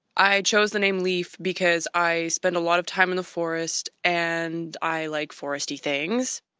i chose the name leaf because i spend a lot of time in the forest and i like foresty things.